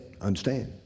understand